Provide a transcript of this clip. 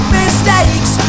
mistakes